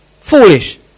foolish